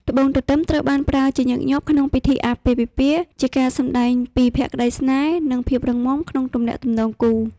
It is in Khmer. ត្បូងទទឹមត្រូវបានប្រើជាញឹកញាប់ក្នុងពិធីអាពាហ៍ពិពាហ៍ ជាការសម្ដែងពីភក្ដីស្នេហ៍ និងភាពរឹងមាំក្នុងទំនាក់ទំនងគូ។